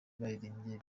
baririmbye